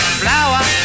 flower